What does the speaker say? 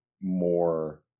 more